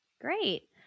Great